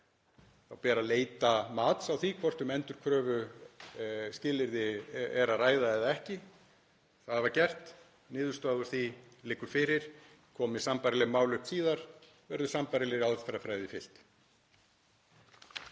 Þá ber að leita mats á því hvort um endurkröfuskilyrði er að ræða eða ekki. Það var gert. Niðurstaða úr því liggur fyrir. Komi sambærileg mál upp síðar verður sambærilegri aðferðafræði fylgt.